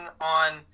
on